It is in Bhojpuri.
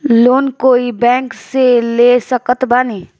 लोन कोई बैंक से ले सकत बानी?